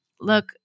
look